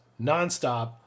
nonstop